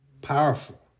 powerful